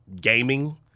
gaming